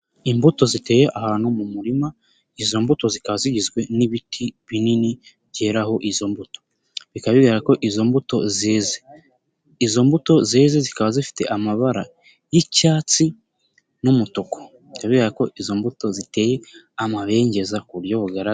Imbuto ziteye ahantu mu murima izo mbuto zikaba zigizwe n'ibiti binini byeraho izo mbuto, bikaba bigaragara ko izo mbuto zize, izo mbuto zeze zikaba zifite amabara y'icyatsi n'umutuku, bikaba bigaragara ko izo mbuto ziteye amabengeza ku buryo bugaragara.